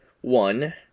One